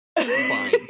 fine